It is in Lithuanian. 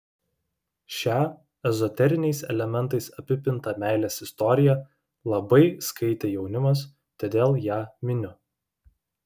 šią ezoteriniais elementais apipintą meilės istoriją labai skaitė jaunimas todėl ją miniu